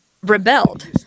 rebelled